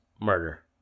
murder